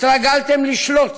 התרגלתם לשלוט,